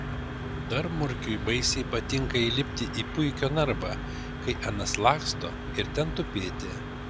dar murkiui baisiai patinka įlipti į puikio narvą kai anas laksto ir ten tupėti